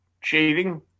cheating